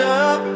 up